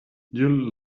you